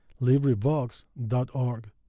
LibriVox.org